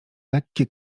lekkie